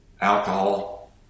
alcohol